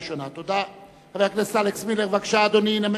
בעד, 24, נגד, 1, אין נמנעים.